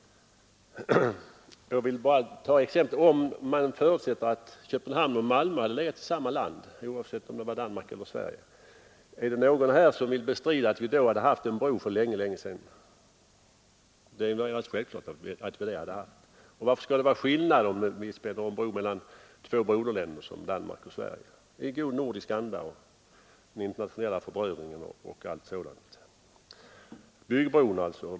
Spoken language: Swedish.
Låt mig göra ett antagande. Om Köpenhamn och Malmö hade legat i samma land, oavsett Danmark eller Sverige, är det väl ingen som vill bestrida att vi hade haft en bro för länge sedan. Det är självklart. Varför skall det vara skillnad att spänna en bro mellan två broderländer som Danmark och Sverige i god nordisk anda och i den internationella förbrödringens tecken? Bygg bron alltså!